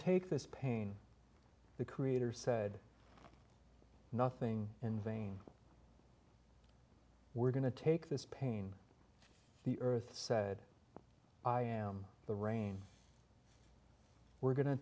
take this pain the creator said nothing in vain we're going to take this pain the earth said i am the rain we're go